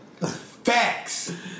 Facts